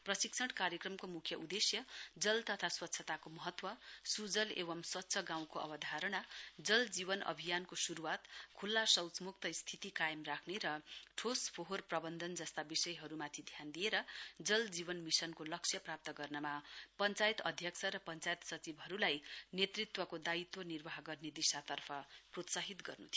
प्रशिक्षण कार्यक्रमको मुख्य उद्देश्य जल तथा स्वच्छताको महतव सुजल एव स्वच्छ गाउँको अवधारणा जल जीवन अभियानको श्रुआत ख्ल्ला शौच म्क्त स्थिति कायम राख्ने र ठोस फोहोर प्रबन्धन जस्ता विषयहरूमाथि ध्यान दिएर जल जीवन मिशनको लक्ष्य प्राप्त गर्नमा पञ्चायत अध्यक्ष र पञ्चायत सचिवहरूलाई नेतृत्वको भूमिका निर्वाह गर्ने दिशातर्फ प्रोत्साहित गर्न् थियो